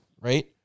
right